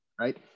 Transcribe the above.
Right